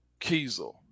Kiesel